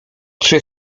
czy